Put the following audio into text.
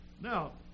Now